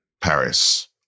Paris